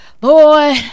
boy